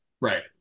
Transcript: right